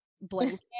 blanket